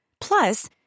Plus